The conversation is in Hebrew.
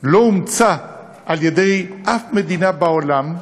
לא אומצה על-ידי שום מדינה בעולם,